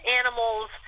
animals